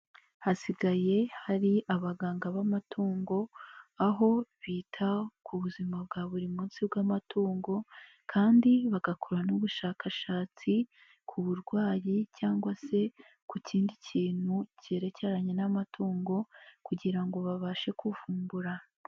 Hasigaye hari abaganga b'amatungo, aho bita ku buzima bwa buri munsi bw'amatungo kandi bagakora n'ubushakashatsi ku burwayi cyangwa se ku kindi kintu kerekeranye n'amatungo kugira ngo babashe kuvumbura.